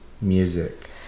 Music